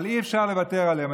אבל אי-אפשר לוותר עליהם.